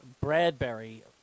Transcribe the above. Bradbury